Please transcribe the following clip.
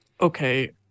okay